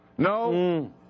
No